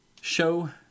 show